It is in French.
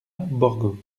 borgo